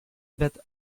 but